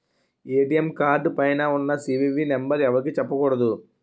ATM card పైన ఉన్న CVV number ఎవరికీ చెప్పకూడదు